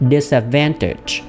Disadvantage